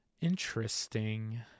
Interesting